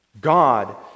God